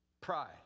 Pride